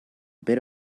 bit